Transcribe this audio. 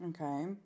Okay